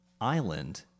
island